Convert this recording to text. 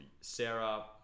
Sarah